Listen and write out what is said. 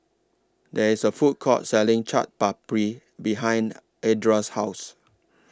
There IS A Food Court Selling Chaat Papri behind Edra's House